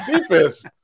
deepest